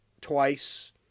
twice